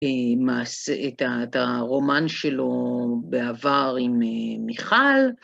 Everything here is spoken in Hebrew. מעשה את הרומן שלו בעבר עם מיכל.